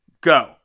go